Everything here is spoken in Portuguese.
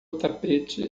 tapete